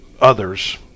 others